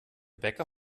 bäcker